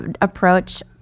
approach